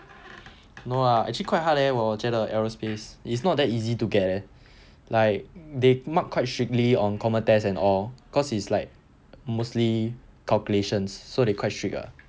no lah actually quite hard leh 我觉得 aerospace it's not that easy to get leh like they mark quite strictly on common test and all cause it's like mostly calculations so they quite strict ah